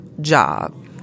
job